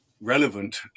relevant